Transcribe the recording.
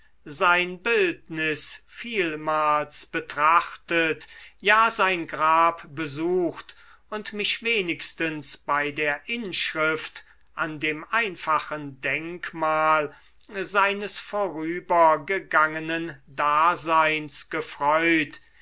sein bildnis vielmals betrachtet ja sein grab besucht und mich wenigstens bei der inschrift an dem einfachen denkmal seines vorübergegangenen daseins gefreut